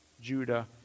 Judah